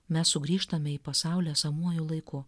mes sugrįžtame į pasaulį esamuoju laiku